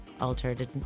altered